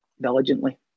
diligently